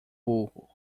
burro